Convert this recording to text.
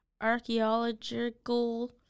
archaeological